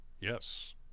yes